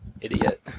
Idiot